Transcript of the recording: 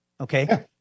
Okay